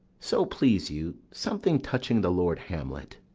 so please you, something touching the lord hamlet.